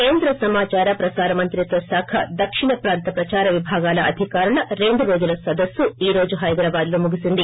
కేంద్ర సమాచార ప్రసార మంత్రిత్వ శాఖ దక్షిణ ప్రాంత ప్రదార విభాగాల అధికారుల రెండో రోజుల సదస్సు ఈ రోజు హైదరాబాద్లో ముగిసింది